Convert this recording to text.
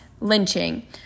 lynching